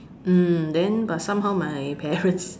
mm then but somehow my parents